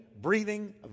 breathing